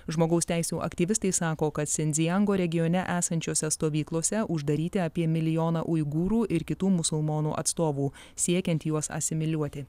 žmogaus teisių aktyvistai sako kad sendzijango regione esančiose stovyklose uždaryti apie milijoną uigūrų ir kitų musulmonų atstovų siekiant juos asimiliuoti